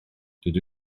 dydw